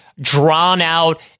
drawn-out